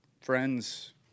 friends